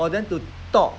for them to talk